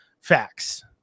facts